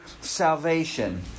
salvation